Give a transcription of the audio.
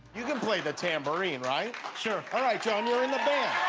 you can play the tambourine, right? sure! alright john, you're in the band!